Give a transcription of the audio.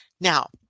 Now